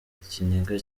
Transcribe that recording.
ikiniga